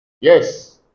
Yes